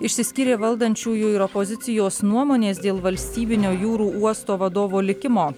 išsiskyrė valdančiųjų ir opozicijos nuomonės dėl valstybinio jūrų uosto vadovo likimo